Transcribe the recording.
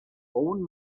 own